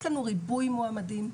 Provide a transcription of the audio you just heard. יש לנו ריבוי מועמדים,